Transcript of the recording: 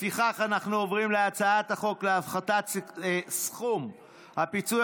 לפיכך אנחנו עוברים להצעת החוק להפחתת סכום הפיצוי